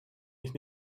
mich